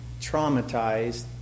traumatized